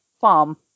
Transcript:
farm